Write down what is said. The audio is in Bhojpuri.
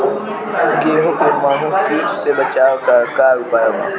गेहूँ में माहुं किट से बचाव के का उपाय बा?